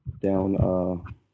down